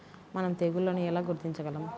మనం తెగుళ్లను ఎలా గుర్తించగలం?